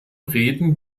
reden